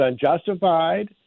unjustified